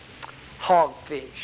Hogfish